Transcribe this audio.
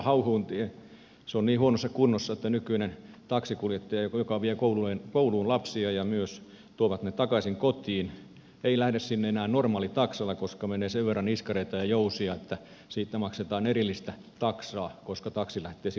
se on niin huonossa kunnossa että nykyinen taksinkuljettaja joka vie kouluun lapsia ja myös tuo heidät takaisin kotiin ei lähde sinne enää normaalitaksalla koska menee sen verran iskareita ja jousia vaan siitä maksetaan erillistä taksaa että taksi lähtee sille tielle ajamaan